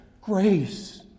grace